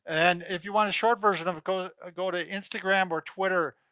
and if you want a short version of it go ah go to instagram or twitter,